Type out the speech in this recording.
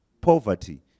poverty